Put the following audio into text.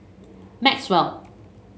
Maxwell